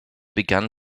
began